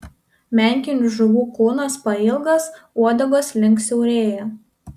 menkinių žuvų kūnas pailgas uodegos link siaurėja